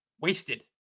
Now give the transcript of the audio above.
Wasted